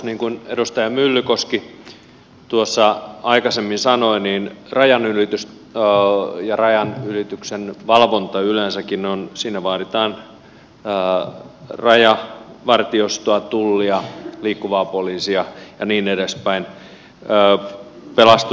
niin kuin edustaja myllykoski tuossa aikaisemmin sanoi rajanylityksessä ja rajanylityksen valvonnassa yleensäkin vaaditaan rajavartiostoa tullia liikkuvaa poliisia ja niin edelleen